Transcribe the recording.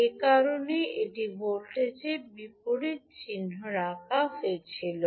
এ কারণেই এটি ভোল্টেজের বিপরীত চিহ্ন রাখছিল